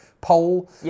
poll